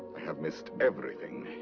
have missed everything.